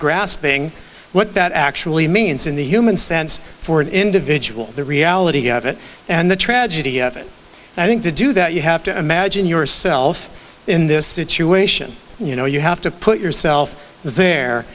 grasping what that actually means in the human sense for an individual the reality of it and the tragedy of it i think to do that you have to imagine yourself in this situation you know you have to put yourself there